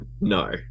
no